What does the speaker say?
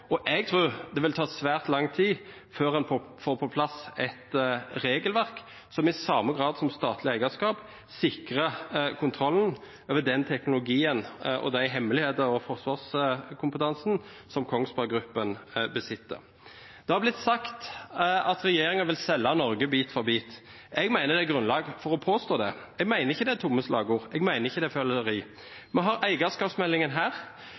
og jeg tror det vil ta svært lang tid før en får på plass et regelverk som i samme grad som statlig eierskap sikrer kontrollen over den teknologien og de hemmeligheter og den forsvarskompetansen som Kongsberg Gruppen besitter. Det har blitt sagt at regjeringen vil selge Norge bit for bit. Jeg mener det er grunnlag for å påstå det. Jeg mener ikke det er tomme slagord, jeg mener ikke det er føleri. Vi har eierskapsmeldingen her,